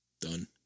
done